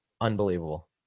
unbelievable